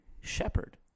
shepherd